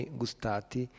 gustati